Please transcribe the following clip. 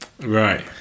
Right